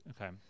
Okay